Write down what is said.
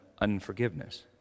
unforgiveness